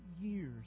years